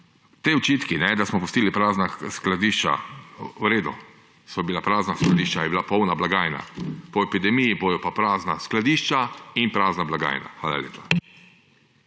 Ti očitki, da smo pustili prazna skladišča; v redu, so bila prazna skladišča, je bila polna blagajna. Po epidemiji bodo pa prazna skladišča in prazna blagajna.